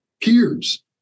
peers